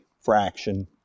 fraction